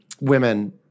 women